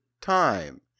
Time